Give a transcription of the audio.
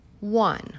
One